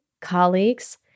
colleagues